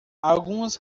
algumas